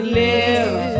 live